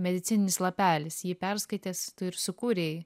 medicininis lapelis jį perskaitęs tu ir sukūrei